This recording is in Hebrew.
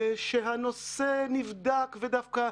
שהנושא נבדק ודווקא,